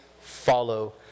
follow